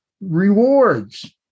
rewards